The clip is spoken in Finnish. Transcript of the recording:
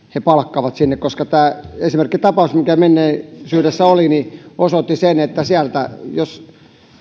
palkataan sinne koska tämä esimerkkitapaus mikä menneisyydessä oli osoitti sen että jos